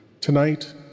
Tonight